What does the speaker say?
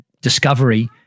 discovery